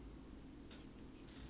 no lah 她在睡觉 lor 她